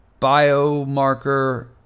biomarker